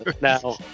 Now